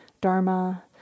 Dharma